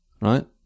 right